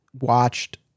watched